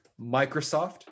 Microsoft